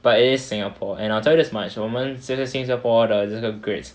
but it is singapore and I'll tell you as much 我们现在新加坡的这个 grades